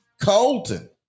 Colton